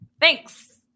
Thanks